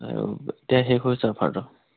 এতিয়া শেষ হৈছে অফাৰটো